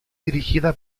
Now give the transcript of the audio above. dirigida